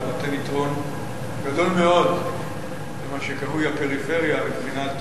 נותן יתרון גדול מאוד למה שקרוי הפריפריה מבחינת